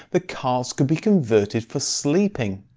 the cars could be converted for sleeping.